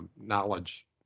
knowledge